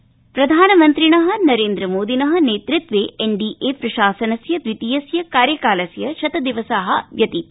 जावडेकर शतदिवसा प्रधानमन्त्रिण नरेन्द्रमोदिन नेतृत्वे एनडीए प्रशासनस्य द्वितीयस्य कार्यकालस्य शतदिवसा व्यतीता